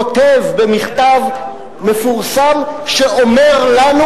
כותב במכתב מפורסם שאומר לנו: